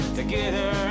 together